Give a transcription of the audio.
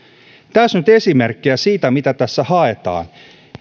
tässä nyt esimerkkejä siitä mitä tässä haetaan